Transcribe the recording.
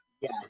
Yes